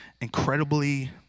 incredibly